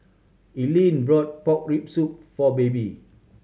Ilene brought pork rib soup for Baby